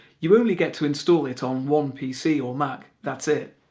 you only get to install it on one pc or mac, that's it.